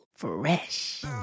fresh